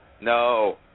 No